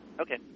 Okay